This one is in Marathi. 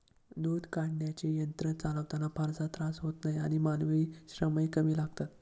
दूध काढण्याचे यंत्र चालवताना फारसा त्रास होत नाही आणि मानवी श्रमही कमी लागतात